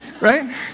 Right